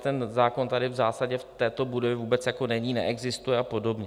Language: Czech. Ten zákon tady v zásadě v této budově vůbec není, neexistuje a podobně.